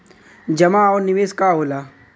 जमा और निवेश का होला?